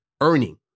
earning